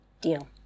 Deal